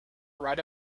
write